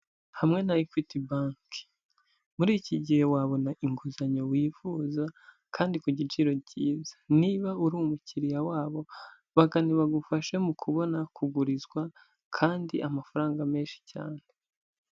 Hamwe na Equity bank, muri iki gihe wabona inguzanyo wifuza kandi ku giciro cyiza. Niba uri umukiriya wabo bagane bagufashe mu kubona, kugurizwa kandi amafaranga menshi cyane.